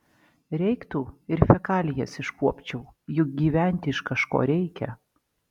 reiktų ir fekalijas iškuopčiau juk gyventi iš kažko reikia